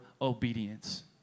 obedience